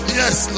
yes